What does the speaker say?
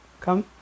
Come